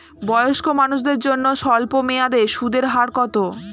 বয়স্ক মানুষদের জন্য স্বল্প মেয়াদে সুদের হার কত?